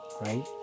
right